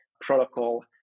protocol